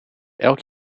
elk